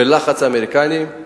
בלחץ האמריקנים,